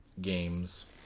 Games